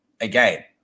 Again